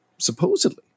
Supposedly